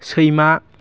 सैमा